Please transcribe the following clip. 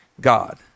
God